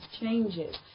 changes